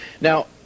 Now